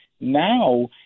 Now